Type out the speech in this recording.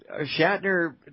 Shatner